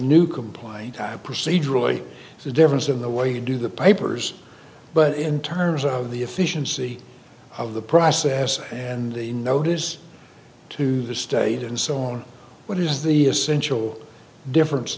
new complying time procedurally it's a difference in the way you do the papers but in terms of the efficiency of the process and the notice to the state and so on what is the essential difference